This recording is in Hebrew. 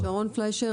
שרון פליישר,